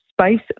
space